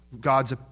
God's